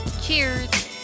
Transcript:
Cheers